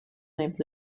named